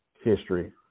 History